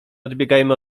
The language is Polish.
odbiegajmy